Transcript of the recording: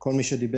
כל מי שדיבר.